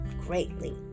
greatly